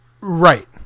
Right